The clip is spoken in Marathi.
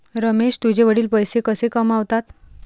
रमेश तुझे वडील पैसे कसे कमावतात?